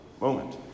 moment